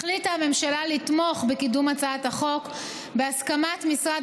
החליטה הממשלה לתמוך בקידום הצעת החוק בהסכמת משרד